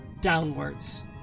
downwards